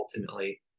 ultimately